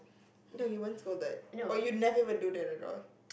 no you weren't scolded or you never would do that at all